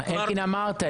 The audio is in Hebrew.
אלקין, אמרת את זה.